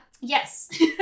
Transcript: Yes